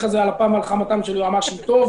הזה על אפם ועל חמתם של היועצים המשפטיים,